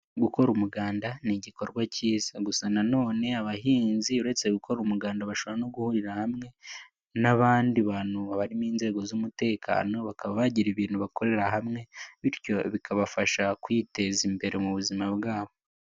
Gukora umuganda ni igikorwa cyiza, gusa na none abahinzi uretse gukora umuganda bashobora no guhurira hamwe n'abandi bantu babari mu inzego z'umutekano, bakaba bagira ibintu bakorera hamwe, bityo bikabafasha kwiteza imbere mu buzima bwabo.